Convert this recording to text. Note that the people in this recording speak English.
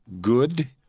good